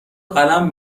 قلم